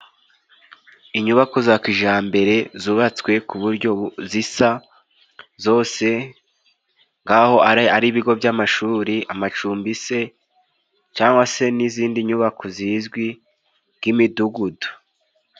Inyubako za kijyambere zubatswe ku buryo zisa zose nk'aho ari ayibigo by'amashuri, amacumbi se, cyangwa se n'izindi nyubako zizwi nk'imidugudu.